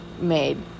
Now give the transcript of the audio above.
made